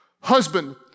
husband